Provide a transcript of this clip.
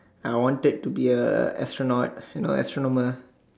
I wanted to be a astronaut since I actual normal